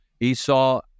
Esau